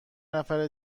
نفر